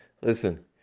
Listen